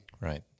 Right